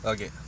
Okay